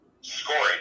Scoring